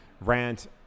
rant